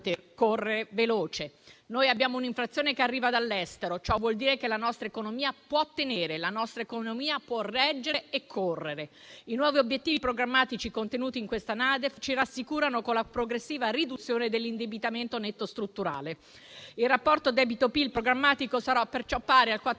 correre veloce. Noi abbiamo un'inflazione che arriva dall'estero. Ciò vuol dire che la nostra economia può tenere, che la nostra economia può reggere e correre. I nuovi obiettivi programmatici contenuti in questa NADEF ci rassicurano. Con la progressiva riduzione dell'indebitamento netto strutturale, il rapporto debito PIL programmatico sarà perciò pari al